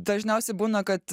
dažniausiai būna